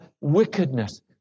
wickedness